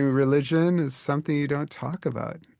religion is something you don't talk about.